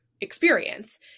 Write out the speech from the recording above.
experience